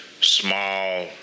small